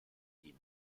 die